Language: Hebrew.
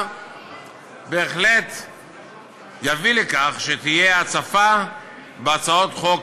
בהחלט תביא לכך שתהיה הצפה בהצעות חוק